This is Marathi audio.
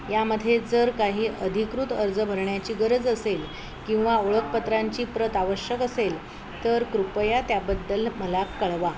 यामध्ये जर काही अधिकृत अर्ज भरण्याची गरज असेल किंवा ओळखपत्रांची प्रत आवश्यक असेल तर कृपया त्याबद्दल मला कळवा